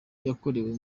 yakorewe